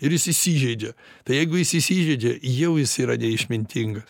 ir jis įsižeidžia tai jeigu jis įsižeidžia jau jis yra neišmintinga